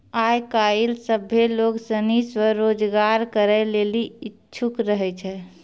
आय काइल सभ्भे लोग सनी स्वरोजगार करै लेली इच्छुक रहै छै